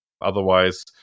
Otherwise